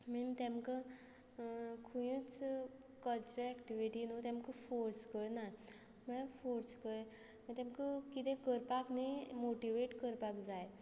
मीन तांकां खंयच खंयच्या एक्टिविटी न्हू तांकां फोर्स करिना म्हळ्यार फोर्स कर तांकां कितें करपाक न्ही मोटिवेट करपाक जाय